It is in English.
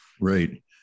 Right